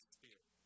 Spirit